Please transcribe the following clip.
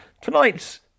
tonight's